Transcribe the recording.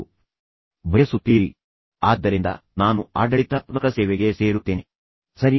ಈಗ ಶಿಲ್ಪಾ ತನ್ನ ಕೆಲಸದ ಒತ್ತಡದ ಬಗ್ಗೆ ಸಹಾನುಭೂತಿ ಹೊಂದಬಹುದು ಅದು ಏನೇ ಇರಲಿ ಮತ್ತು ಕಿಶೋರ್ ಶಿಲ್ಪಾಳ ಏಕಾಂಗಿತನದ ಸಹಾನುಭೂತಿ ಭಾವನೆ ಹೊಂದಬೇಕು